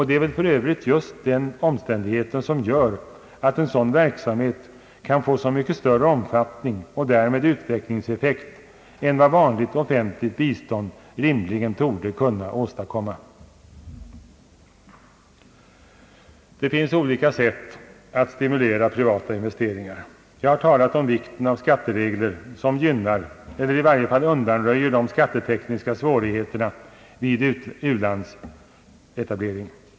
Det är väl för övrigt just den omständigheten som gör att en sådan verksamhet kan få så mycket större omfattning och därmed utvecklingseffekt än vad vanligt offentligt bistånd rimligen torde kunna åstadkomma. Det finns olika sätt att stimulera privata investeringar. Jag har talat om vikten av skatteregler som gynnar eller i varje fall undanröjer de skattetekniska svårigheterna vid u-landsetablering.